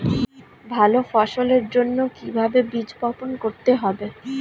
ভালো ফসলের জন্য কিভাবে বীজ বপন করতে হবে?